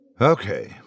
Okay